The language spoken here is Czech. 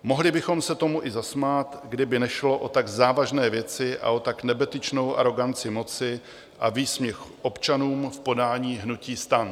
Mohli bychom se tomu i zasmát, kdyby nešlo o tak závažné věci a o tak nebetyčnou aroganci moci a výsměch občanům v podání hnutí STAN.